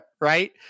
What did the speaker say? Right